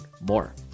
more